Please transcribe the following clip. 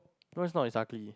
Bronze not is ugly